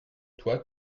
toi